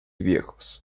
viejos